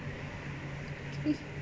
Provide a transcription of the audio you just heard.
K